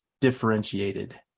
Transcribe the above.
differentiated